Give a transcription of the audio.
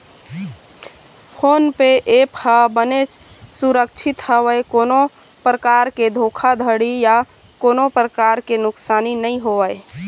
phone पे app ह बनेच सुरक्छित हवय कोनो परकार के धोखाघड़ी या कोनो परकार के नुकसानी नइ होवय